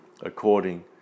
According